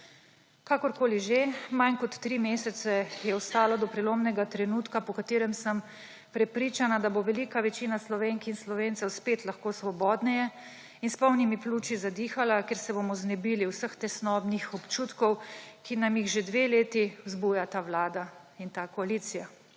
Kakorkoli že, manj kot 3 mesece je ostalo do prelomnega trenutka, po katerem – sem prepričana – bo velika večina Slovenk in Slovencev spet lahko svobodneje in s polnimi pluči zadihala, ker se bomo znebili vseh tesnobnih občutkov, ki nam jih že dve leti vzbuja ta vlada in ta koalicija.